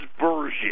version